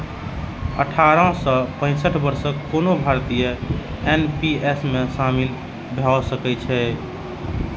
अठारह सं पैंसठ वर्षक कोनो भारतीय एन.पी.एस मे शामिल भए सकै छै